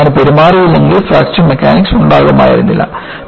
ഘടന അങ്ങനെ പെരുമാറിയെങ്കിൽ ഫ്രാക്ചർ മെക്കാനിക്സ് ഉണ്ടാകുമായിരുന്നില്ല